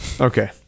okay